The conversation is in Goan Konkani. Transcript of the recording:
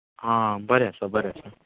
हां बरें आसा बरें आसा